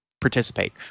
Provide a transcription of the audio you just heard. participate